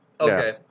Okay